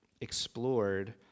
explored